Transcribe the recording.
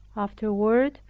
afterward,